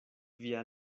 via